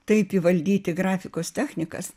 taip įvaldyti grafikos technikas